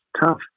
tough